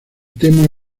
tema